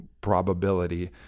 probability